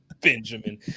Benjamin